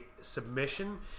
submission